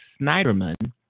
Snyderman